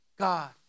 God